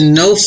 no